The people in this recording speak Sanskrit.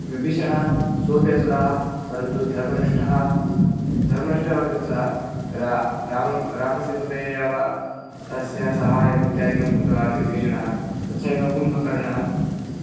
विभीषणः सोपि असुरः परन्तु धर्मनिष्ठः धर्मनिष्ठः वर्तते सः रा रामं रामस्य कृते एव तस्य सहायम् इत्यादिकं कृतवान् विभीषणः तथैव एव कुम्भकर्णः